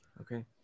Okay